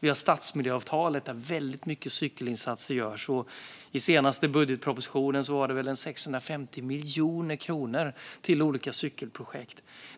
Vi har stadsmiljöavtalet, där väldigt mycket cykelinsatser görs. I den senaste budgetpropositionen var det väl 650 miljoner kronor till olika cykelprojekt.